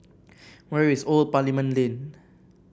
where is Old Parliament Lane